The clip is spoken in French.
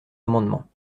amendement